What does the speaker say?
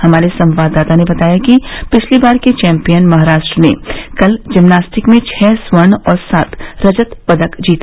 हमारे संवाददाता ने बताया है कि पिछली बार के चैम्पियन महाराष्ट्र ने कल जिमनास्टिक में छः स्वर्ण और सात रजत पदक जीते